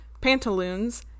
pantaloons